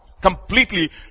completely